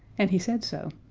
and he said so.